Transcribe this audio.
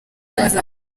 bazabyara